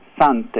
Sante